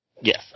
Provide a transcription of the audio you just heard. Yes